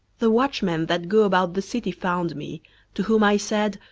the watchmen that go about the city found me to whom i said,